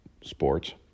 sports